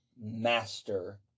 master